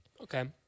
Okay